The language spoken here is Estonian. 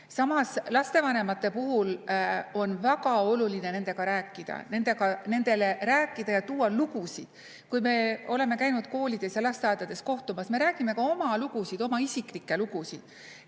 Samas lapsevanemate puhul on väga oluline nendega rääkida, nendega rääkida ja tuua lugusid. Kui me oleme käinud koolides ja lasteaedades kohtumas, me räägime ka oma lugusid, oma isiklikke lugusid.